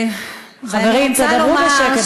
חברים, תדברו בשקט, בבקשה.